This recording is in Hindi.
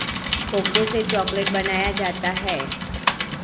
कोको से चॉकलेट बनाया जाता है